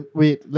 wait